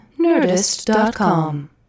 Nerdist.com